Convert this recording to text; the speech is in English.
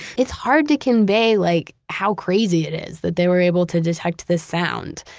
it's hard to convey like how crazy it is that they were able to detect this sound.